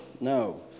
No